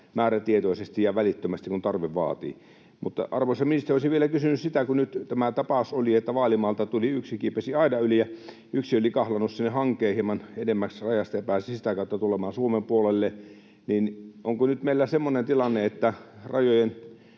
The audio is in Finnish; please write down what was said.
määrätietoisesti ja välittömästi, kun tarve vaatii. Mutta, arvoisa ministeri, olisin vielä kysynyt: Nyt oli tapaus, että Vaalimaalta tuli yksi, kiipesi aidan yli, ja yksi oli kahlannut sinne hankeen hieman edemmäksi rajasta ja pääsi sitä kautta tulemaan Suomen puolelle. Onko nyt meillä semmoinen tilanne, että sellaisten